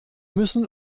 müssen